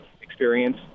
experience